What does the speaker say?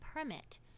permit